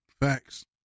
Facts